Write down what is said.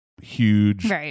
huge